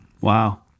Wow